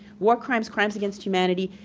war crimes, crimes against humanity,